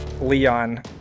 Leon